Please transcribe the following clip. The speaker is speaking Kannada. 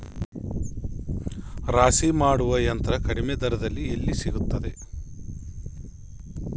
ರಾಶಿ ಮಾಡುವ ಯಂತ್ರ ಕಡಿಮೆ ದರದಲ್ಲಿ ಎಲ್ಲಿ ಸಿಗುತ್ತದೆ?